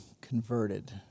converted